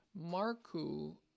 Marku